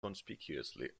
conspicuously